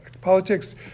politics